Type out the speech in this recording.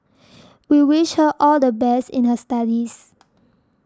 we wish her all the best in her studies